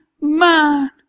man